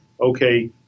okay